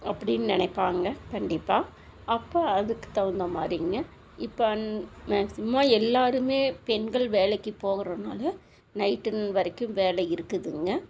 அப்படின்னு நினைப்பாங்க கண்டிப்பாக அப்போ அதுக்கு தகுந்த மாதிரிங்க இப்போ மேக்ஸிமம் எல்லாருமே பெண்கள் வேலைக்கு போகுகிறதுனால நைட்டு வரைக்கும் வேலை இருக்குதுங்க